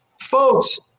folks